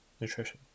nutrition